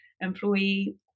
employee